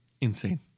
Insane